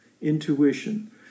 intuition